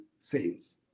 saints